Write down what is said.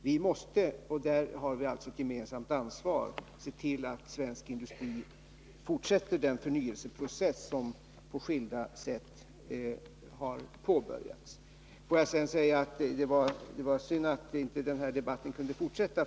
Vi måste, och där har vi alltså ett gemensamt ansvar, se till att svensk industri fortsätter den förnyelseprocess som på skilda sätt har påbörjats. Får jag sedan säga att det är synd att den här debatten inte kunde fortsätta.